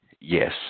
Yes